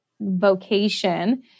vocation